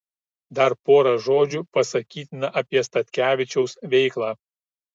dar pora žodžių pasakytina apie statkevičiaus veiklą